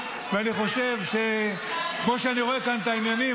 ואני חושב שכמו שאני רואה כאן את העניינים,